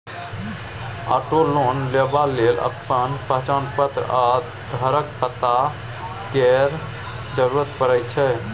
auto loan लेबा लेल अपन पहचान पत्र आ घरक पता केर जरुरत परै छै